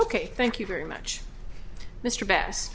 ok thank you very much mr bass